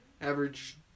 average